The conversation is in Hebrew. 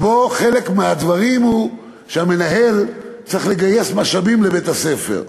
שבו המנהל צריך לגייס משאבים לבית-הספר.